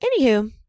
anywho